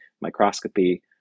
microscopy